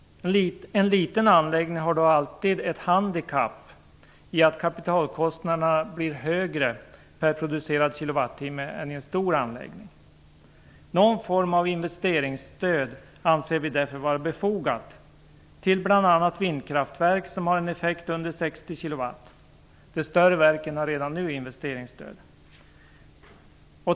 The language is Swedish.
En liten anläggning har dock alltid det handikappet att kapitalkostnaderna blir högre per producerad kilowattimme än de blir för en stor anläggning. Någon form av investeringsstöd anser vi därför vara befogad till bl.a. vindkraftverk som har en effekt under 60 kWh. De större verken har redan nu investeringsstöd.